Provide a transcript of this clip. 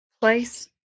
place